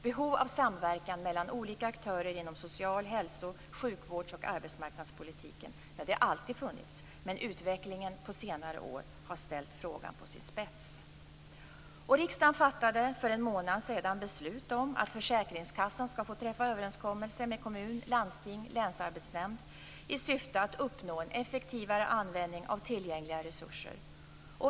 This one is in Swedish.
Behovet av samverkan mellan olika aktörer inom socialvård, hälsovård, sjukvård och arbetsmarknadspolitik har alltid funnits. Men utvecklingen under senare år har ställt frågan på sin spets. Riksdagen fattade för en månad sedan beslut om att försäkringskassan skall få träffa överenskommelser med kommun, landsting och länsarbetsnämnd i syfte att uppnå en effektivare användning av tillgängliga resurser.